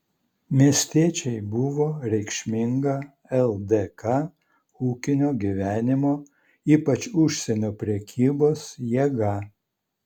miestiečiai buvo reikšminga ldk ūkinio gyvenimo ypač užsienio prekybos jėga